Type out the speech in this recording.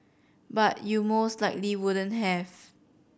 but you most likely wouldn't have